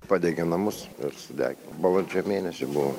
padegė namus ir sudegino balandžio mėnesį buvo